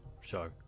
show